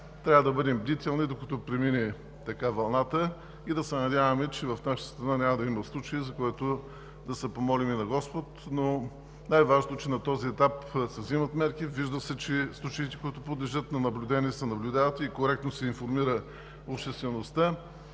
Трябва да бъдем бдителни, докато премине вълната, и да се надяваме, че в нашата страна няма да има случаи, за което да се помолим и на Господ, но най-важното, че на този етап се взимат мерки. Вижда се, че случаите, които подлежат на наблюдение, се наблюдават и коректно се информира обществото.